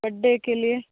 बड्डे के लिए